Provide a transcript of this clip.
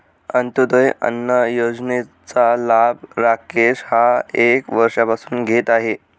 अंत्योदय अन्न योजनेचा लाभ राकेश हा एक वर्षापासून घेत आहे